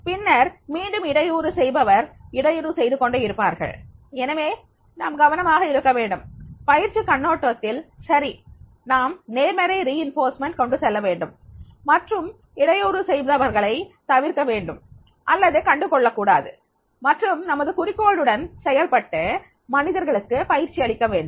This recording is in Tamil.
பின்னர் மீண்டும் இடையூறு செய்பவர் இடையூறு செய்து கொண்டு இருப்பார்கள் எனவே நாம் கவனமாக இருக்க வேண்டும் பயிற்சி கண்ணோட்டத்தில் சரி நாம் நேர்மறை அமலாக்கம் கொண்டு செல்ல வேண்டும் மற்றும் இடையூறு செய்பவர்களை தவிர்க்க வேண்டும் அல்லது கண்டு கொள்ளக் கூடாது மற்றும் நமது குறிக்கோளுடன் செயல்பட்டு மனிதர்களுக்கு பயிற்சி அளிக்க வேண்டும்